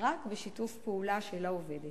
רק בשיתוף פעולה עם העובדת.